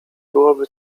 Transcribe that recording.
byłoby